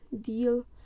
deal